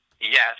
Yes